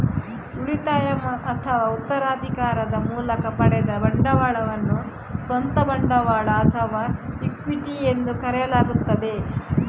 ಉಳಿತಾಯ ಅಥವಾ ಉತ್ತರಾಧಿಕಾರದ ಮೂಲಕ ಪಡೆದ ಬಂಡವಾಳವನ್ನು ಸ್ವಂತ ಬಂಡವಾಳ ಅಥವಾ ಇಕ್ವಿಟಿ ಎಂದು ಕರೆಯಲಾಗುತ್ತದೆ